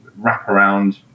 wraparound